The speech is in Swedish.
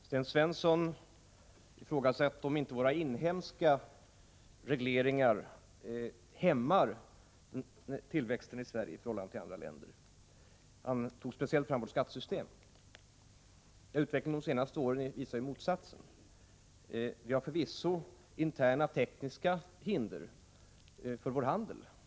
Herr talman! Sten Svensson ifrågasatte om inte våra inhemska regleringar hämmar tillväxten i Sverige i förhållande till tillväxten i andra länder. Han nämnde framför allt vårt skattesystem. Utvecklingen de senaste åren visar ju motsatsen. Förvisso har vi interna tekniska hinder för vår handel.